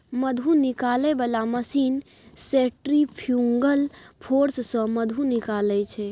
मधु निकालै बला machine centrifugal force सँ मधु निकालै छै